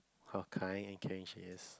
how kind and caring she is